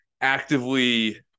actively